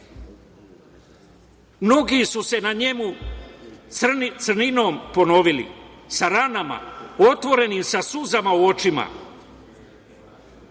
su se na njemu crninom ponovili, sa ranama, otvoreni, sa suzama u očima,